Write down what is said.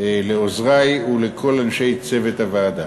לעוזרי ולכל צוות הוועדה.